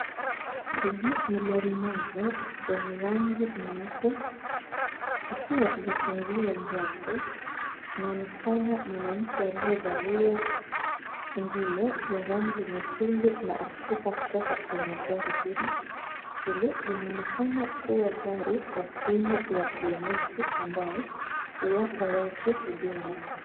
Hili ni lori moja kwenye rangi nyeupe, likiwa limefunguliwa mlango, inaonekana mwanamke alievalia nguo ya rangi nyekundu na akishuka kutoka kwenye gari hili. Hili linaonekana kuwa gari ya simu ya kliniki ambao huwapa watu huduma.